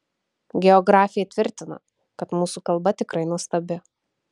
geografė tvirtina kad mūsų kalba tikrai nuostabi